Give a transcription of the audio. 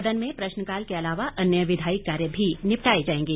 सदन में प्रश्नकाल के अलावा अन्य विधायी कार्य भी निपटाए जाएंगे